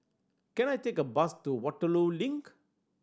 can I take a bus to Waterloo Link